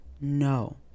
no